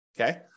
Okay